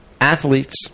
athletes